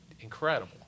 incredible